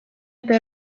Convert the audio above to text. eta